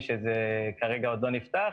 לפני שאנחנו עוברים לנציגים,